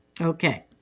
Okay